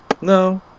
No